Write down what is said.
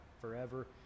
forever